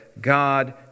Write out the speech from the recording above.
God